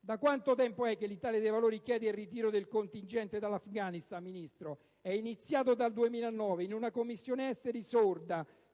Da quanto tempo l'Italia dei Valori chiede il ritiro del contingente dall'Afghanistan, Ministro? Abbiamo iniziato dal 2009, in una Commissione esteri sorda,